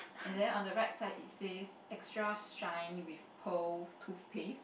and then on the right side it says extra shine with pole toothpaste